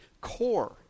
core